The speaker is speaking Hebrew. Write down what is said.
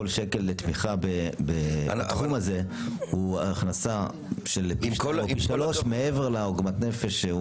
כל שקל לתמיכה בתחום הזה הוא הכנסה של פי שלושה מעבר לעוגמת הנפש.